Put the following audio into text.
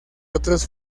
otros